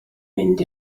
mynd